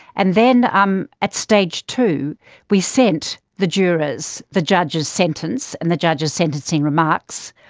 and then um at stage two we sent the jurors the judge's sentence and the judge's sentencing remarks,